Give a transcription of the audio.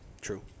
True